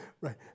right